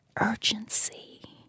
urgency